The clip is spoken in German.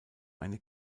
eine